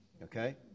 Okay